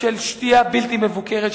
של שתייה בלתי מבוקרת,